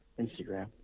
Instagram